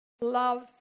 love